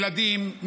ילדים,